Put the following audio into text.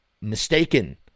mistaken